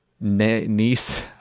niece